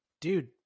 Dude